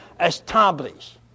establish